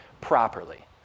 properly